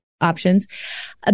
options